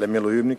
על המילואימניקים,